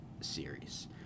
series